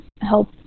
help